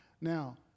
now